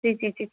जी जी जी जी